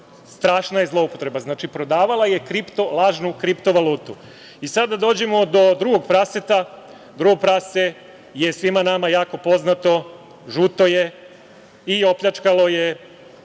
strašna je zloupotreba, prodavala je lažnu kripto valutu. Sad dolazimo do drugog praseta. Drugo prase je svima nama jako poznato, žuto je i opljačkalo je